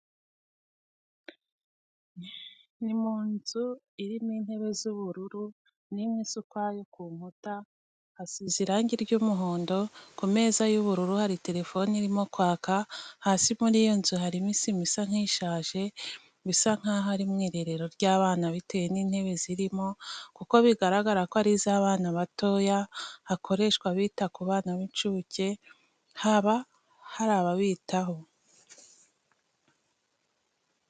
Ni mu nzu irimo intebe z'ubururu n'imwe isa ukwayo, ku nkuta hasize irange ry'umuhondo, ku meza y'ubururu hari telephone irimo kwaka, hasi muri iyo nzu harimo isima isa nkishaje, bisa nkaho ari mu irerero ry'abana bitewe n'intebe zirimo kuko bigaragara ko ari iz'abana batoya, hakoreshwa bita ku bana b'incuke, haba hari ababitaho.